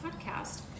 podcast